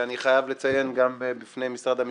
אני חייב לציין גם בפני משרד המשפטים,